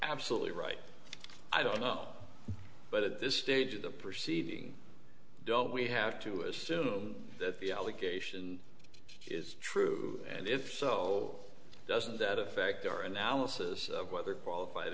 absolutely right i don't know but at this stage of the proceeding don't we have to assume that the allegation is true and if so doesn't that affect our analysis of whether